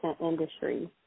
industry